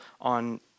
on